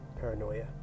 paranoia